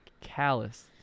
callous